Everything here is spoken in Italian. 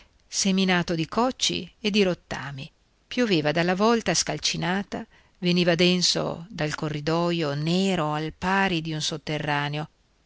seminato di cocci e di rottami pioveva dalla vòlta scalcinata veniva densa dal corridoio nero al pari di un sotterraneo